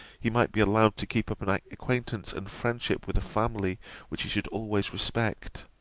he might be allowed to keep up an acquaintance and friendship with a family which he should always respect.